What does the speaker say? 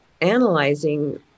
analyzing